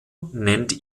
nennt